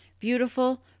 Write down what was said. beautiful